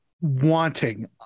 wanting